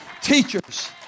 teachers